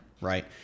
right